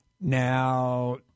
Now